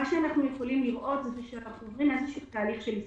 ניתן לראות שאנחנו עוברים תהליך של הסתגלות.